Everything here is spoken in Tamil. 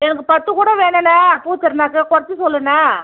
எனக்கு பத்து கூடை வேணுண்ணா பூ திருநாளுக்கு குறைச்சி சொல்லுண்ணா